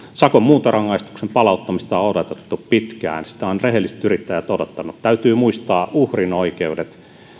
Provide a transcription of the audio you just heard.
sakon muuntorangaistuksen palauttamista on odotettu pitkään sitä ovat rehelliset yrittäjät odottaneet täytyy muistaa uhrin oikeudet